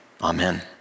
Amen